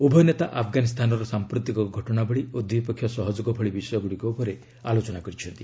ଉଭୟ ନେତା ଆଫ୍ଗାନିସ୍ତାନର ସମ୍ପ୍ରତିକ ଘଟଣାବଳୀ ଓ ଦ୍ୱିପକ୍ଷୀୟ ସହଯୋଗ ଭଳି ବିଷୟଗୁଡ଼ିକ ଉପରେ ଆଲୋଚନା କରିଛନ୍ତି